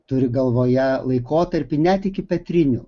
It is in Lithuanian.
turi galvoje laikotarpį net iki petrinių